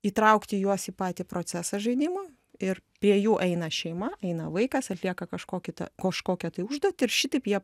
įtraukti juos į patį procesą žaidimo ir prie jų eina šeima eina vaikas atlieka kažkokį tą kažkokią tai užduotį ir šitaip jie